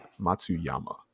matsuyama